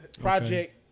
Project